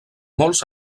molts